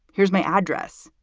here's my address.